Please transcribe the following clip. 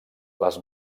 les